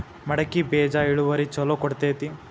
ಮಡಕಿ ಬೇಜ ಇಳುವರಿ ಛಲೋ ಕೊಡ್ತೆತಿ?